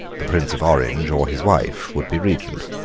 the prince of orange or his wife, would be regent.